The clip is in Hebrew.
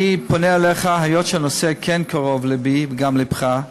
אני פונה אליך היות שהנושא כן קרוב ללבי וגם ללבך.